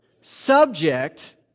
Subject